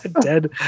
Dead